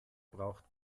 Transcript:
braucht